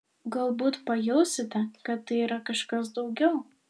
galbūt pajausite kad tai yra kažkas daugiau